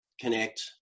connect